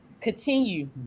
continue